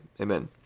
Amen